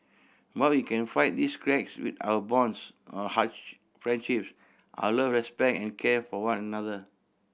but we can fight these cracks with our bonds our friendships our love respect and care for one another